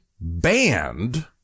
banned